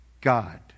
God